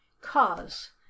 cause